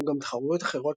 כמו גם תחרויות אחרות,